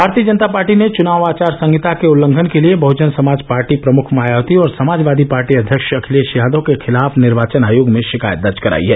भारतीय जनता पार्टी ने चुनाव आचार संहिता के उल्लंघन के लिए बहुजन समाज पार्टी प्रमुख मायावती और समाजवादी पार्टी अध्यक्ष अखिलेश यादव के खिलाफ निर्वाचन आयोग में शिकायत दर्ज कराई है